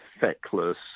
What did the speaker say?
feckless